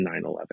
9-11